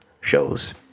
shows